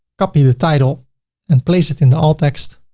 copy the title and place it in the alt-text.